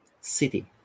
City